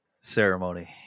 ceremony